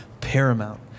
paramount